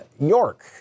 York